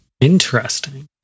Interesting